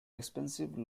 expensive